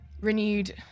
renewed